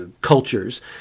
cultures